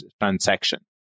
transaction